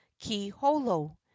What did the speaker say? kiholo